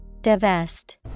Divest